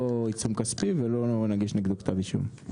עיצום כספי ולא נגיש נגדו כתב אישום.